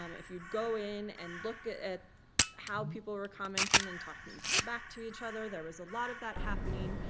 um if you'd go in and look at at how people were commenting and talking back to each other, there was a lot of that happening.